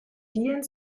vielen